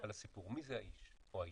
על הסיפור, מי זה האיש או האישה?